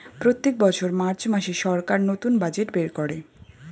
প্রত্যেক বছর মার্চ মাসে সরকার নতুন বাজেট বের করে